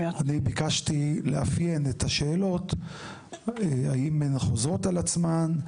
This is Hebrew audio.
אני ביקשתי לאפיין את השאלות האם הן חוזרות על עצמן,